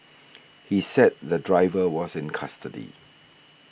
he said the driver was in custody